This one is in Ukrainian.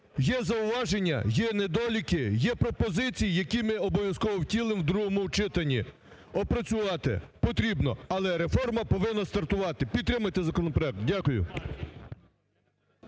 Є зауваження, є недоліки, є пропозиції, які ми обов'язково втілимо в другому читанні. Опрацювати потрібно, але реформа повинна стартувати. Підтримайте законопроект. Дякую.